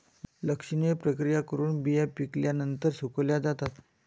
लक्षणीय प्रक्रिया करून बिया पिकल्यानंतर सुकवल्या जातात